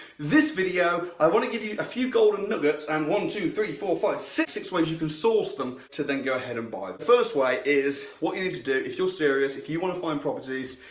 this video, i want to give you a few golden nuggets, and one, two, three, four, five, six, six ways you can source them to then go ahead and buy. the first way is, what you need to do if you're serious, if you want to find properties,